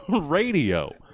radio